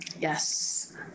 Yes